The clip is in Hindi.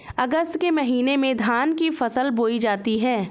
अगस्त के महीने में धान की फसल बोई जाती हैं